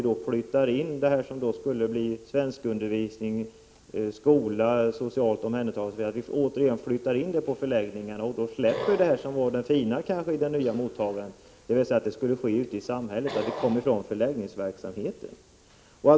Det innebär att svenskundervisning, skola och socialt omhändertagande återigen flyttas till förläggningarna och att vi släpper det som var det fina i det nya mottagandet, nämligen att omhändertagandet skulle ske ute i samhället och att vi skulle komma ifrån förläggningsverksamheten.